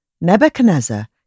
Nebuchadnezzar